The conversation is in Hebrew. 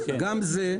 גם זה,